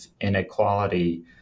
inequality